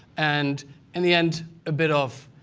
and in the end, a bit of